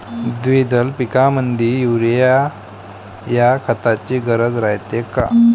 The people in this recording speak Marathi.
द्विदल पिकामंदी युरीया या खताची गरज रायते का?